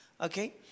Okay